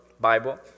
Bible